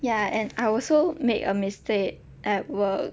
ya and I also make a mistake at work